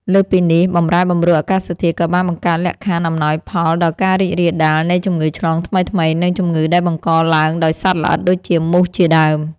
លើសពីនេះ បម្រែបម្រួលអាកាសធាតុក៏បានបង្កើតលក្ខខណ្ឌអំណោយផលដល់ការរីករាលដាលនៃជំងឺឆ្លងថ្មីៗ និងជំងឺដែលបង្កឡើងដោយសត្វល្អិតដូចជាមូសជាដើម។